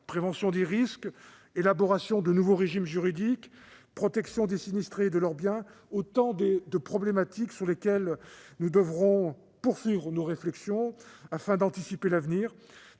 Prévention des risques, élaboration de nouveaux régimes juridiques, protection des sinistrés et de leurs biens : autant de problématiques sur lesquelles nous devrons poursuivre nos réflexions afin d'anticiper l'avenir,